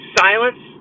silence